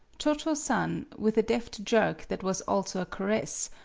cho-cho-san, with a deft jerk that was also a caress,